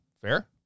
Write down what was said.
Fair